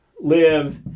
live